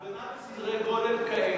הפגנה בסדרי גודל כאלה,